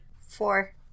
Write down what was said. Four